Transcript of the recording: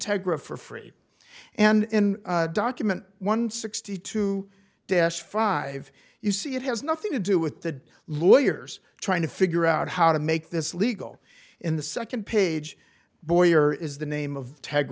tegra for free and document one sixty two dash five you see it has nothing to do with the lawyers trying to figure out how to make this legal in the second page boyer is the name of